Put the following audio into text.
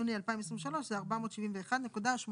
יהיה עובד זכאי לתוספת ותק בגובה של 0.46 שקלים חדשים לכל שעת עבודה.